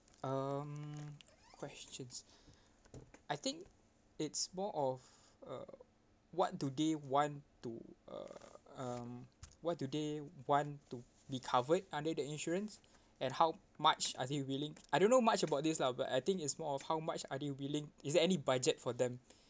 um questions I think it's more of uh what do they want to uh um what do they want to be covered under the insurance and how much are they willing I don't know much about this lah but I think it's more of how much are they willing is there any budget for them